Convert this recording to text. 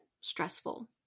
stressful